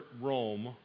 Rome